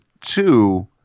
two